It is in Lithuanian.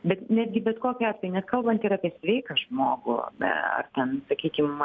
bet netgi bet kokiu atveju net ir kalbant apie sveiką žmogų be ar ten sakykim